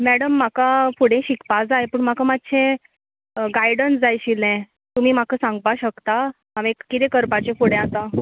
madam म्हाका फुडें शिकपाक जाय पूण म्हाका मातशें गायडन्स जाय आशिल्लें तुमी म्हाका सांगपा शकता हांवें किदें करपाचें फुडें आतां